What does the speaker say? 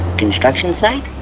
construction site?